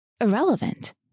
irrelevant